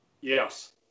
Yes